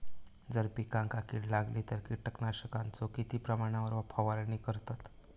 जर पिकांका कीड लागली तर कीटकनाशकाचो किती प्रमाणावर फवारणी करतत?